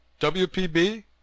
WPB